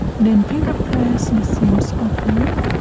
then finger press and the seams open,